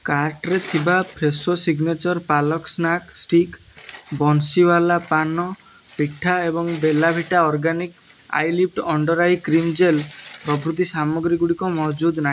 କାର୍ଟ୍ରେ ଥିବା Fresho signature palak snack stick Banshiwala paan petha ଏବଂ Bella Vita organic eyelift under eye cream gel ପ୍ରଭୃତି ସାମଗ୍ରୀଗୁଡ଼ିକ ମହଜୁଦ ନାହିଁ